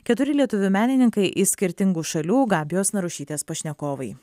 keturi lietuvių menininkai iš skirtingų šalių gabijos narušytės pašnekovai